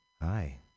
Hi